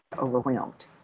overwhelmed